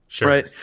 right